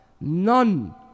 None